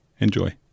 Enjoy